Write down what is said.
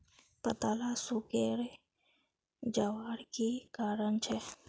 पत्ताला सिकुरे जवार की कारण छे?